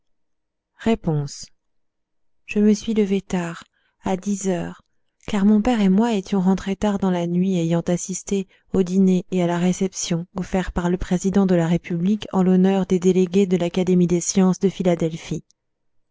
je me suis levée tard à dix heures car mon père et moi nous étions rentrés tard dans la nuit ayant assisté au dîner et à la réception offerts par le président de la république en l'honneur des délégués de l'académie des sciences de philadelphie